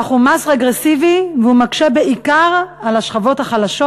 אך הוא מס רגרסיבי והוא מקשה בעיקר על השכבות החלשות,